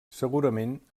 segurament